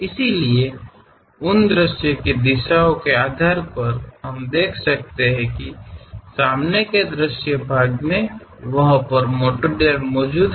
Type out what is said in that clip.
इसलिए उन दृश्य की दिशाओं के आधार पर हम देख सकते हैं कि सामने के दृश्य भाग में वह पर मटिरियल मौजूद है